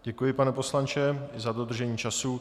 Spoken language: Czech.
Děkuji, pane poslanče, za dodržení času.